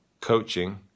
coaching